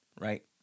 right